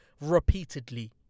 repeatedly